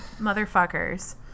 Motherfuckers